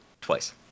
twice